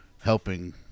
helping